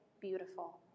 beautiful